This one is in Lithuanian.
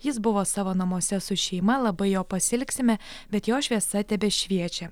jis buvo savo namuose su šeima labai jo pasiilgsime bet jo šviesa tebešviečia